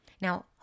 Now